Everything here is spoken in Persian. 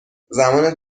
زمان